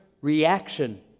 reaction